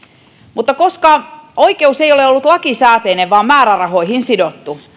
mutta koska oikeus ei ole ollut lakisääteinen vaan määrärahoihin sidottu